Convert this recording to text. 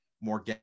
more